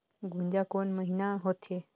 गुनजा कोन महीना होथे?